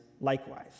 likewise